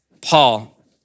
Paul